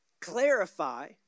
clarify